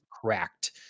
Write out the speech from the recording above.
cracked